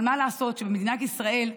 אבל מה לעשות שבמדינת ישראל,